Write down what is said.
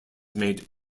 made